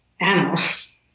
animals